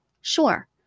Sure